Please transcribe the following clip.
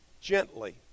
gently